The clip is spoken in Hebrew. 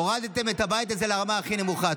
הורדתם את הבית הזה לרמה הכי נמוכה.